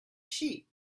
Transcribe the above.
sheep